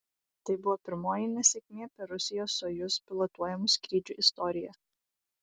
tai buvo pirmoji nesėkmė per rusijos sojuz pilotuojamų skrydžių istoriją